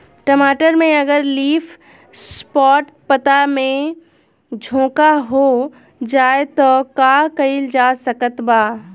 टमाटर में अगर लीफ स्पॉट पता में झोंका हो जाएँ त का कइल जा सकत बा?